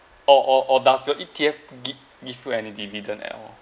or or or does your E_T_F gi~ give you any dividend at all